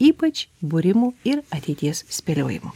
ypač būrimų ir ateities spėliojimų